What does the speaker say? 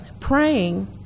praying